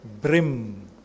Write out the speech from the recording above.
brim